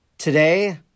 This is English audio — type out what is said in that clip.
Today